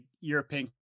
European